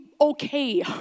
okay